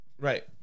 right